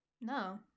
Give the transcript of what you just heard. No